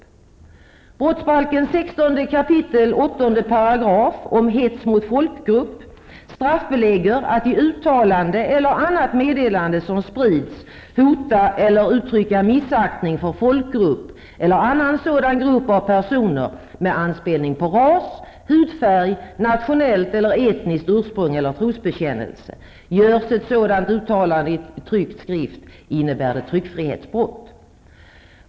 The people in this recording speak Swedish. I brottsbalken 16 kap. 8 § straffbelägges att i uttalande eller annat meddelande som sprids hota eller uttrycka missaktning för folkgrupp eller annan sådan grupp av personer med anspelning på ras, hudfärg, nationellt eller etniskt ursprung eller trosbekännelse. Görs ett sådant uttalande i tryckt skrift innebär det tryckfrihetsbrott.